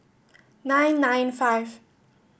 nine nine five